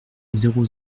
zéro